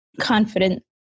confident